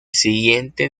siguiente